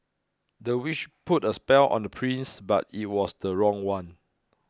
the witch put a spell on the prince but it was the wrong one